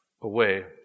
away